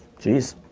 geeze.